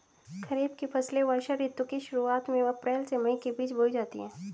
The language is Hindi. खरीफ की फसलें वर्षा ऋतु की शुरुआत में अप्रैल से मई के बीच बोई जाती हैं